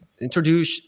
introduce